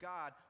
God